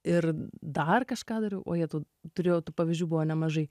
ir dar kažką dariau ojetau turėjau tų pavyzdžių buvo nemažai